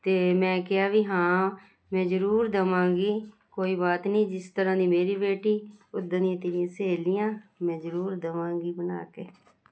ਤਾਂ ਮੈਂ ਕਿਹਾ ਵੀ ਹਾਂ ਮੈਂ ਜ਼ਰੂਰ ਦਵਾਂਗੀ ਕੋਈ ਬਾਤ ਨਹੀਂ ਜਿਸ ਤਰ੍ਹਾਂ ਦੀ ਮੇਰੀ ਬੇਟੀ ਉੱਦਾਂ ਦੀਆਂ ਤੇਰੀਆਂ ਸਹੇਲੀਆਂ ਮੈਂ ਜ਼ਰੂਰ ਦਵਾਂਗੀ ਬਣਾ ਕੈ